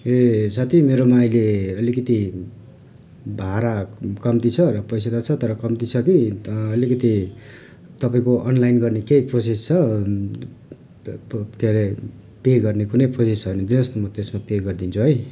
ए साथी मेरोमा अहिले अलिकति भाडा कम्ती छ र पैसा त छ तर कम्ती छ कि त अलिकति तपाईँको अनलाइन गर्ने केही प्रोसेस छ क्यारे पे गर्ने कुनै प्रोसेस छ भनी दिनु होस् न म त्यसमा पे गरिदिन्छु है